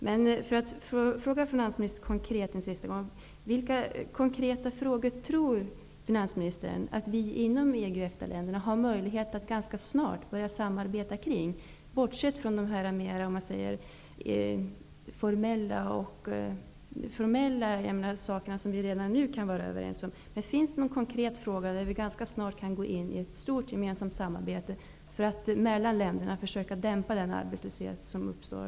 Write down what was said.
Men jag vill avsluta med att fråga finansministern: Vilka konkreta frågor tror finansministern att man inom EG och EFTA-länderna har möjlighet att ganska snart börja samarbeta kring, bortsett från de mer formella frågorna som man redan nu kan vara överens om? Finns det någon konkret fråga där man ganska snart kan gå in i ett stort gemensamt samarbete mellan länderna för att försöka dämpa arbetslösheten?